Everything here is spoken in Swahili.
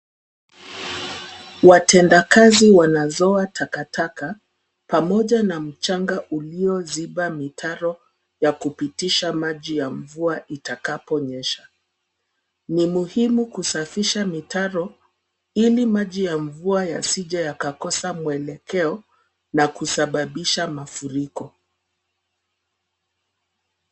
Watendakazi wanazowa takataka pamoja na mchanga ulioziba mitaro ya kupitisha maji ya mvua itakaponyesha. Ni muhimu kusafisha mitaro ili maji ya mvua yasije yakakosa mwelekeo na kusababisha mafuriko.